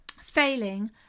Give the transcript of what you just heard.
failing